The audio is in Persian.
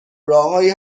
راههایی